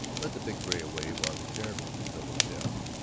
led the big gray away while the sheriff entered the hotel.